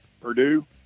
Purdue